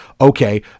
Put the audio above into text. Okay